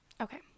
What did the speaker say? Okay